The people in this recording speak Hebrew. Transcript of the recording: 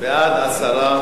בעד 10,